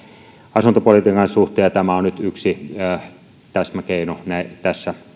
asuntopolitiikan suhteen ja tämä on nyt yksi täsmäkeino tässä